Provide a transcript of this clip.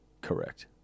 Correct